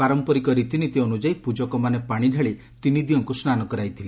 ପାରମ୍ମରିକ ରୀତିନୀତି ଅନୁଯାୟୀ ପୂଜକମାନେ ପାଶିଢାଳି ତିନି ଦିଅଁକୁ ସ୍ନାନ କରାଇଥିଲେ